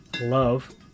love